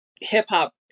hip-hop